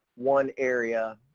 one area,